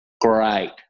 great